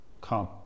come